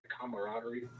camaraderie